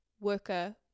worker